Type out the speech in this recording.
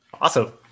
Awesome